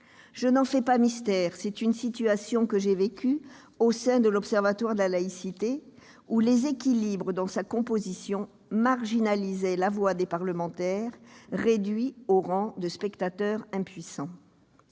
Je n'en fais pas mystère, c'est une situation que j'ai vécue au sein de l'Observatoire de la laïcité où, compte tenu de sa composition, la voix des parlementaires, réduits au rang de spectateurs impuissants,